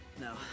No